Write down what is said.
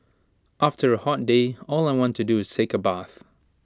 after A hot day all I want to do is take A bath